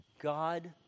God